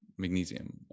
magnesium